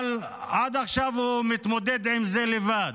אבל עד עכשיו הוא מתמודד עם זה לבד.